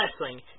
wrestling